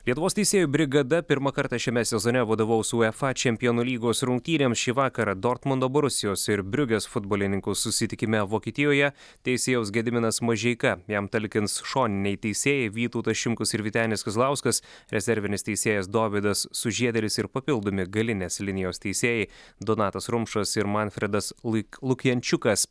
lietuvos teisėjų brigada pirmą kartą šiame sezone vadovaus uefa čempionų lygos rungtynėms šį vakarą dortmundo borusijos ir briugės futbolininkų susitikime vokietijoje teisėjas gediminas mažeika jam talkins šoniniai teisėjai vytautas šimkus ir vytenis kazlauskas rezervinis teisėjas dovydas sužiedėlis ir papildomi galinės linijos teisėjai donatas rumšas ir manfredas luk lukjenčiukas